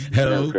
Hello